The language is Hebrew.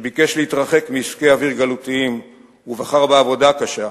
שביקש להתרחק מעסקי אוויר גלותיים ובחר בעבודה קשה,